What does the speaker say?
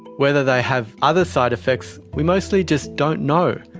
whether they have other side effects we mostly just don't know.